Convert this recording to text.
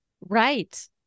Right